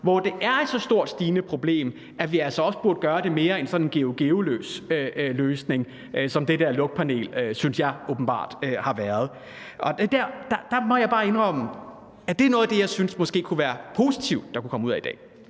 hvor det er et så stort og stigende problem? Burde vi ikke gøre det bedre end med sådan en Georg Gearløs-løsning, som det der lugtpanel, synes jeg, åbenbart har været? Der må jeg bare indrømme, at det er noget af det, synes jeg, måske positive, der kunne komme ud af det